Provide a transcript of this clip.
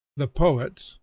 the poet,